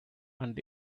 and